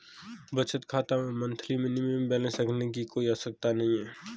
बचत खाता में मंथली मिनिमम बैलेंस रखने की कोई आवश्यकता नहीं है